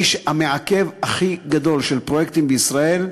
המעכב הכי גדול של פרויקטים בישראל,